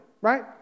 right